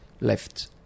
left